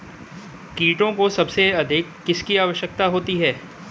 कीटों को सबसे अधिक किसकी आवश्यकता होती है?